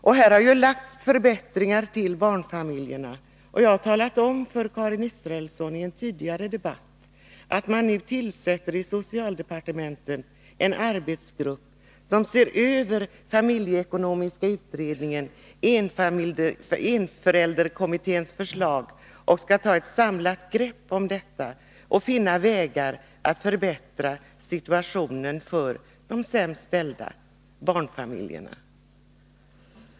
Förslag har nu lagts fram om förbättringar för barnfamiljerna. Jag har talat om för Karin Israelsson under en tidigare debatt att man i socialdepartementet nu tillsätter en arbetsgrupp som skall se över familjeekonomiska kommitténs och ensamförälderkommitténs förslag och som skall ta ett samlat grepp om detta för att finna vägar att förbättra situationen för de sämst ställda, dvs. barnfamiljerna.